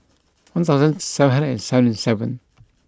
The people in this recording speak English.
one thousand seven hundred and seventy seven